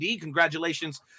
Congratulations